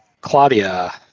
Claudia